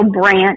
branch